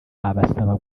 abasaba